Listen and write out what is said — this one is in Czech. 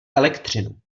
elektřinu